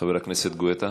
חבר הכנסת גואטה.